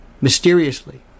mysteriously